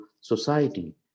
society